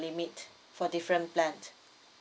limit for different plan